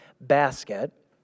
basket